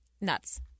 Nuts